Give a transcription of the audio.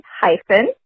hyphen